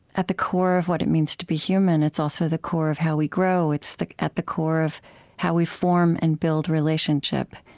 at the core of what it means to be human. it's also the core of how we grow. it's at the core of how we form and build relationship,